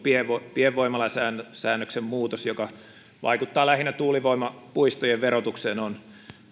pienvoimalasäännöksen muutos joka vaikuttaa lähinnä tuulivoimapuistojen verotukseen on